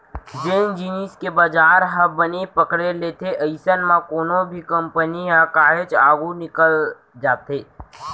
जेन जिनिस के बजार ह बने पकड़े लेथे अइसन म कोनो भी कंपनी ह काहेच आघू निकल जाथे